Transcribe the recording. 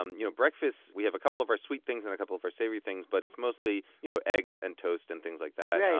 um you know we have a couple of our sweet things and a couple of our savory things, but it's mostly you know eggs and toast and things like that. yeah